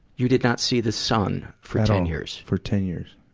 you did not see the sun for ten years for ten years.